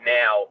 now